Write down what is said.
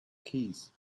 keys